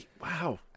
Wow